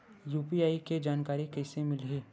UPI के जानकारी कइसे मिलही?